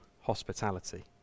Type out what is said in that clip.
hospitality